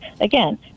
again